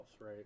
right